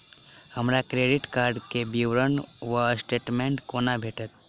हमरा credit card केँ विवरण वा स्टेटमेंट कोना भेटत?